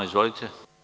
Izvolite.